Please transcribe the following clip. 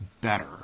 better